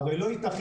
הרי לא ייתכן,